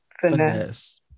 finesse